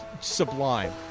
sublime